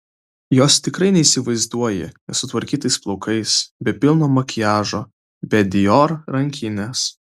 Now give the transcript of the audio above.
jos tikrai neįsivaizduoji nesutvarkytais plaukais be pilno makiažo be dior rankinės